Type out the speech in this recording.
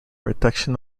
reduction